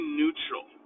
neutral